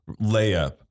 layup